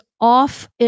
off